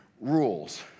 rules